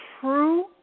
true